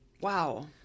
Wow